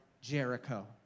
Jericho